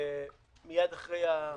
מייד אחרי החוק.